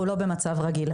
אנחנו לא במצב רגיל,